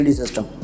system